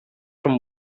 from